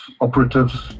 operatives